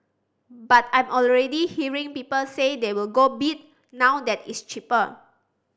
but I'm already hearing people say they will go bid now that it's cheaper